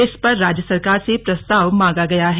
इस पर राज्य सरकार से प्रस्ताव मांगा गया है